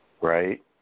Right